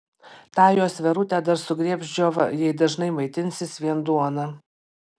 tą jos verutę dar sugriebs džiova jei dažnai maitinsis vien duona